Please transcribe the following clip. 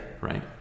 Right